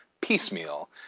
piecemeal